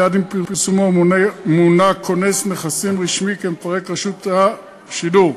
מייד עם פרסומו מונה כונס נכסים רשמי כמפרק רשות השידור.